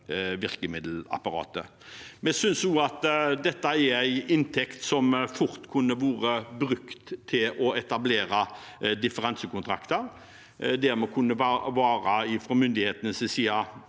virkemiddelapparatet. Vi synes også at dette er en inntekt som kunne vært brukt til å etablere differansekontrakter, der vi – fra myndighetenes side